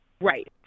Right